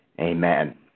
amen